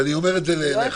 ואני אומר את זה לחבריי,